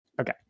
Okay